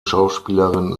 schauspielerin